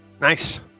Nice